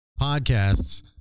podcasts